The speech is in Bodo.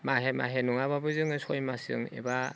माहे माहे नङाब्लाबो जोङो सयमासजों एबा